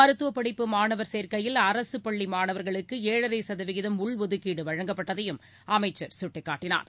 மருத்துவப் படிப்பு மாணவர் சேர்க்கையில் அரசு பள்ளி மாணவர்களுக்கு ஏழரை சதவீதம் உள்ஒதுக்கீடு வழங்கப்பட்டதையும் அமைச்சர் சுட்டிக்காட்டினார்